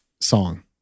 song